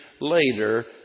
later